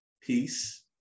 peace